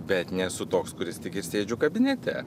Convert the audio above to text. bet nesu toks kuris tik ir sėdžiu kabinete